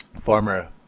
former